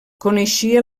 coneixia